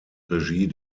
regie